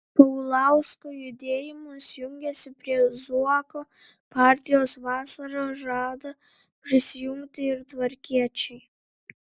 paulausko judėjimas jungiasi prie zuoko partijos vasarą žada prisijungti ir tvarkiečiai